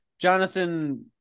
Jonathan